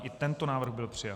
I tento návrh byl přijat.